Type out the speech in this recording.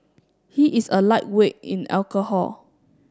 he is a lightweight in alcohol